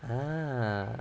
ah